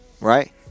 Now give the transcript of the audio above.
right